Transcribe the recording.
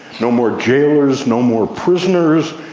no more jailers, no more prisoners,